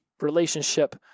relationship